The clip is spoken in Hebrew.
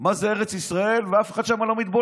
מה זה ארץ ישראל, ואף אחד שם לא מתבולל.